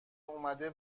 اومده